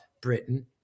Britain